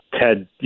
Ted